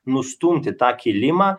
nustumti tą kilimą